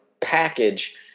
package